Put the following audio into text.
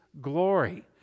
glory